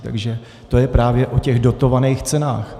Takže to je právě o těch dotovaných cenách.